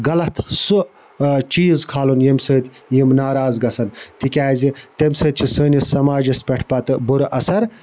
غَلَط سُہ چیٖز کھالُن ییٚمہِ سۭتۍ یِم ناراض گَژھن تکیازِ تمہِ سۭتۍ چھُ سٲنِس سماجَس پیٹھ پَتہٕ بُرٕ اَثَر